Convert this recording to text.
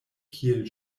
kiel